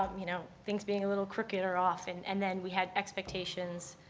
um you know, things being a little crooked or off. and and then we had expectations,